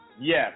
Yes